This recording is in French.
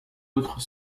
autre